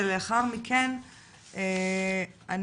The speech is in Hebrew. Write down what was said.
היא לא איתנו.